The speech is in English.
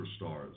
superstars